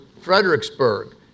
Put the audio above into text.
Fredericksburg